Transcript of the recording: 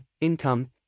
income